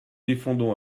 défendons